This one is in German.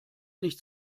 nicht